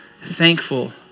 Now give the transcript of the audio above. thankful